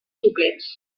suplents